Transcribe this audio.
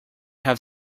have